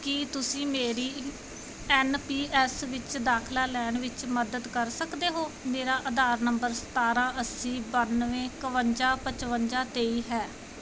ਕੀ ਤੁਸੀਂ ਮੇਰੀ N P S ਵਿੱਚ ਦਾਖਲਾ ਲੈਣ ਵਿੱਚ ਮਦਦ ਕਰ ਸਕਦੇ ਹੋ ਮੇਰਾ ਆਧਾਰ ਨੰਬਰ ਸਤਾਰਾਂ ਅੱਸੀ ਬਾਨਵੇਂ ਇੱਕਵੰਜਾ ਪਚਵੰਜਾ ਤੇਈ ਹੈ